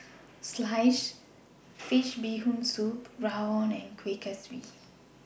Sliced Fish Bee Hoon Soup Rawon and Kueh Kaswi